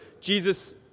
Jesus